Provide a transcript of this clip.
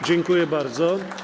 Dziękuję bardzo.